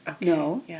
No